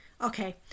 Okay